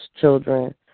children